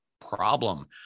problem